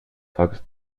tages